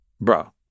bro